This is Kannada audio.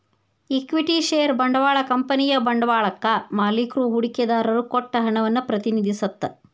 ಇಕ್ವಿಟಿ ಷೇರ ಬಂಡವಾಳ ಕಂಪನಿಯ ಬಂಡವಾಳಕ್ಕಾ ಮಾಲಿಕ್ರು ಹೂಡಿಕೆದಾರರು ಕೊಟ್ಟ ಹಣವನ್ನ ಪ್ರತಿನಿಧಿಸತ್ತ